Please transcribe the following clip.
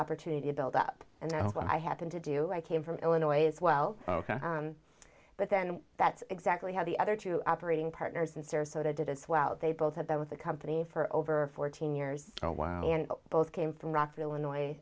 opportunity to build up and then i happen to do i came from illinois as well but then that's exactly how the other two operating partners in sarasota did as well they both had that with the company for over fourteen years oh wow and both came from rockford illinois